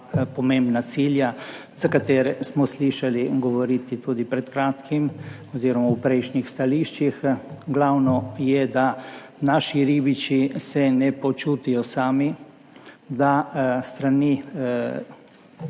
pomembna cilja, o katerih smo slišali govoriti tudi pred kratkim oziroma v prejšnjih stališčih. Glavno je, da se naši ribiči ne počutijo sami. Da s strani